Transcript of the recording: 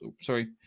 sorry